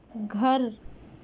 گھر